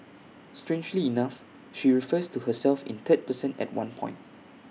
strangely enough she refers to herself in third person at one point